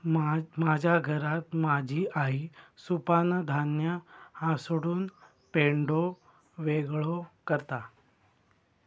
माझ्या घरात माझी आई सुपानं धान्य हासडून पेंढो वेगळो करता